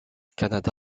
canada